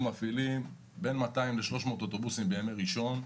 מפעילים בין 200 ל-300 אוטובוסים בימי ראשון.